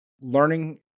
learning